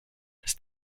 des